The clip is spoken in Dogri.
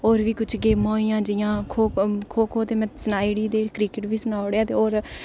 होर बी किश गेमां होई आं जि'यां खो खो ते में तुसें ई सनाई ओड़ी ते क्रिकेट बी सनाई ओड़ेआ होर